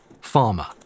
farmer